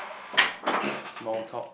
s~ small talk